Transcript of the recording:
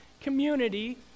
community